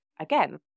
again